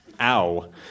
Ow